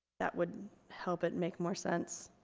that would help it make more sense